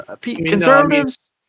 Conservatives